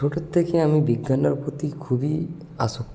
ছোটোর থেকে আমি বিজ্ঞানের প্রতি খুবই আসক্ত